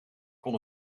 kon